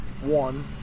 one